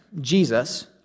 Jesus